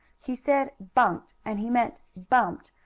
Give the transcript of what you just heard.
he said bunked, and he meant bumped,